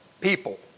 people